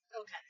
Okay